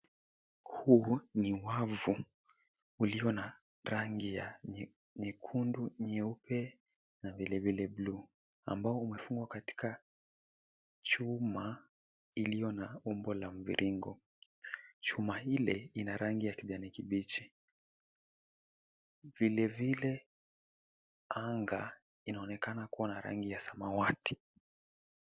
Huu ni wavu ulio na rangi ya nyekundu, nyeupe na vile vile bluu, ambao umefungwa katika chuma iliyo na umbo la mviringo. Chuma ile ina rangi ya kijani kibichi. Vile vile anga inaonekana kuwa na rangi ya samawati.